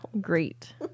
great